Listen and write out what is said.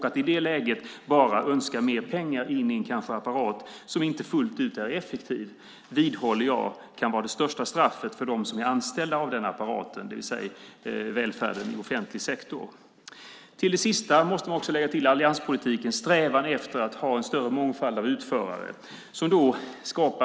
Att i det läget bara önska mer pengar in i en apparat som inte fullt ut är effektiv vidhåller jag kan vara det största straffet för dem som är anställda av den apparaten, det vill säga de som jobbar med välfärd i offentlig sektor. Till det sista måste man också lägga allianspolitikens strävan efter en större mångfald av utförare.